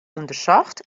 ûndersocht